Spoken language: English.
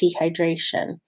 dehydration